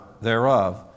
thereof